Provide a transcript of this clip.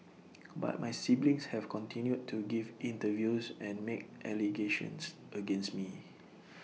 but my siblings have continued to give interviews and make allegations against me